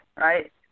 right